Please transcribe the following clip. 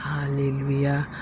Hallelujah